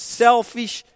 selfish